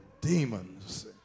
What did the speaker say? demons